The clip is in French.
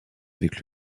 avec